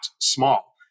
small